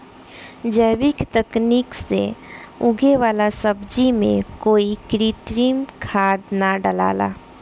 जैविक तकनीक से उगे वाला सब्जी में कोई कृत्रिम खाद ना डलाला